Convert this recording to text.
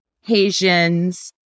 Haitian's